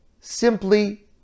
simply